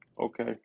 Okay